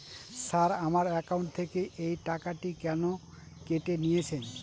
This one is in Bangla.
স্যার আমার একাউন্ট থেকে এই টাকাটি কেন কেটে নিয়েছেন?